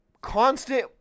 constant